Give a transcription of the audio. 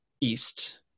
east